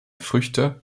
früchte